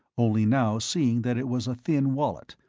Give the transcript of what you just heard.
only now seeing that it was a thin wallet,